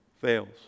fails